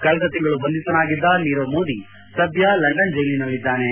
ಕಳೆದ ತಿಂಗಳು ಬಂಧಿತನಾಗಿದ್ದ ನೀರವ್ ಮೋದಿ ಸದ್ದ ಲಂಡನ್ ಜೈಲಿನಲ್ಲಿದ್ದಾನೆ